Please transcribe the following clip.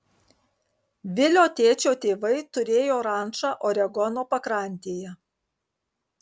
vilio tėčio tėvai turėjo rančą oregono pakrantėje